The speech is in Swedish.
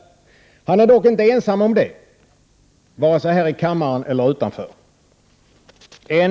Han är dock inte ensam om det, vare sig här i kammaren eller utanför den.